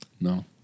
No